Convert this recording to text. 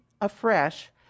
afresh